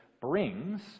brings